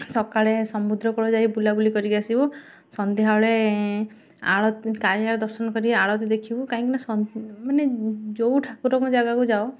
ସକାଳେ ସମୁଦ୍ର କୂଳ ଯାଇ ବୁଲାବୁଲି କରିକି ଆସିବୁ ସନ୍ଧ୍ୟା ବେଳେ ଆଳତୀ କାଳିଆର ଦର୍ଶନ କରି ଆଳତୀ ଦେଖିବୁ କାହିଁକିନା ମାନେ ଯେଉଁ ଠାକୁରଙ୍କ ଜାଗାକୁ ଯାଅ